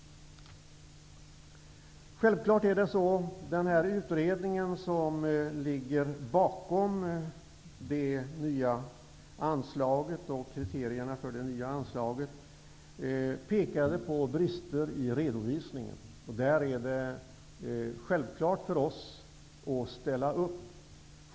Den utredning som ligger bakom detta anslag och kriterierna för det nya anslaget pekade på brister i redovisningen. Här är det självklart för oss att ställa upp.